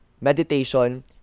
meditation